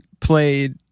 played